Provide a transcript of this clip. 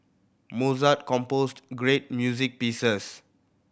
Mozart composed great music pieces